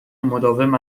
مداوم